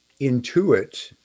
intuit